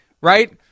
right